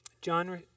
John